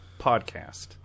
podcast